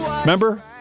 Remember